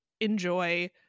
enjoy